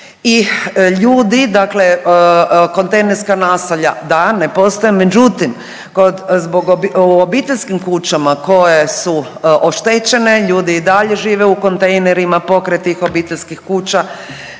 i ljudi, dakle kontejnerska naselja, da ne postoje. Međutim u obiteljskim kućama koje su oštećene ljudi i dalje žive u kontejnerima pokraj tih obiteljskih kuća